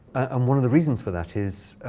um one of the reasons for that is